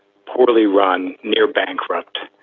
poorly run, near bankrupt